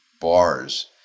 Bars